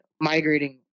migrating